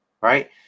right